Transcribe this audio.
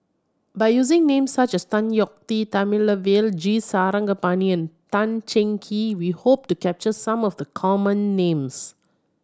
by using names such as Tan Yeok Tee Thamizhavel G Sarangapani Tan Cheng Kee we hope to capture some of the common names